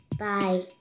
Bye